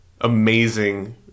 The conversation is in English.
amazing